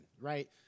right